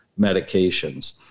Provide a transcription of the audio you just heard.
medications